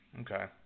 Okay